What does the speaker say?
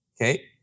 Okay